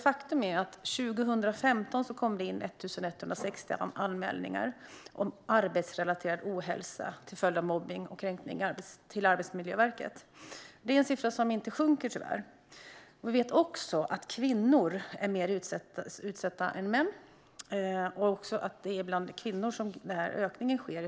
Faktum är att det år 2015 kom in 1 160 anmälningar till Arbetsmiljöverket om arbetsrelaterad ohälsa till följd av mobbning och kränkningar. Det är en siffra som tyvärr inte sjunker. Vi vet också att kvinnor är mer utsatta än män och att det i högre grad är bland kvinnor ökningen sker.